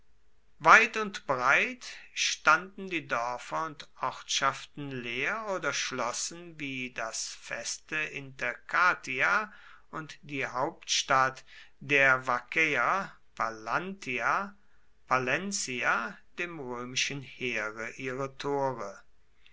weit und breit standen die dörfer und ortschaften leer oder schlossen wie das feste intercatia und die hauptstadt der vaccäer pallantia palencia dem römischen heere ihre tore